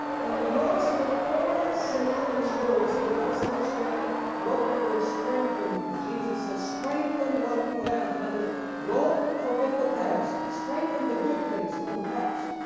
and you'll notice here four synonymous words that help us understand what the word strengthen means. jesus says strengthen what you have, in others words don't forget the past. strengthen the good things from the past,